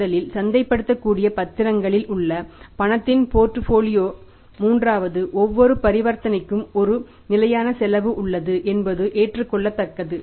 முதலில் சந்தைப்படுத்தக்கூடிய பத்திரங்களில் உள்ள பணத்தின் போர்ட்ஃபோலியோ மூன்றாவது ஒவ்வொரு பரிவர்த்தனைக்கு ஒரு நிலையான செலவு உள்ளது என்பதுஏற்றுக்கொள்ளத்தக்கது